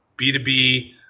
B2B